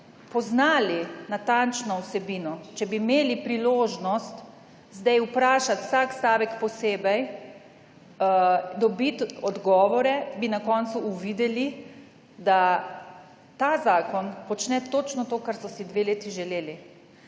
poznali natančno vsebino, če bi imeli priložnost zdaj vprašati za vsak stavek posebej, dobiti odgovore, bi na koncu uvideli, da ta zakon počne točno to, kar so si dve leti želeli